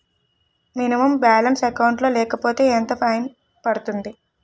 Minimum balance account లో లేకపోతే ఎంత ఫైన్ పడుతుంది?